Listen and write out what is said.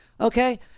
Okay